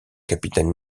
capitaine